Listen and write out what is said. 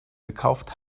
gekauft